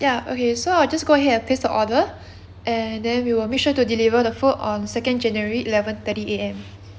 ya okay so I'll just go ahead and place the order and then we will make sure to deliver the food on second january eleven thirty A_M